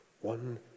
One